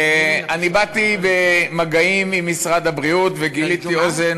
באתי במגעים עם משרד הבריאות וגיליתי אוזן